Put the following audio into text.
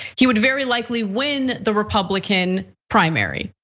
he would very likely win the republican primary.